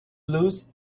blouse